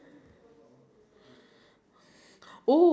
I love drama I love drama